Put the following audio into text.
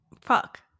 Fuck